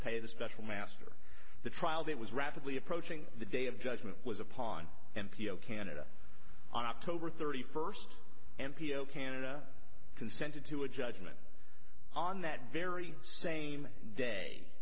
pay the special master the trial that was rapidly approaching the day of judgement was upon n p o canada on october thirty first m p o canada consented to a judgement on that very same day